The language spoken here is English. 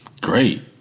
great